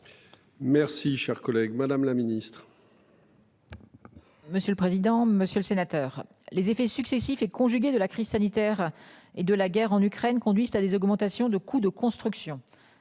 Merci cher collègue. Madame la Ministre.